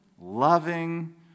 loving